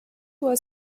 was